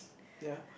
ya